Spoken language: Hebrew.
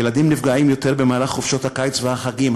ילדים נפגעים יותר במהלך חופשות הקיץ והחגים,